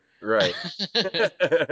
Right